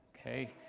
Okay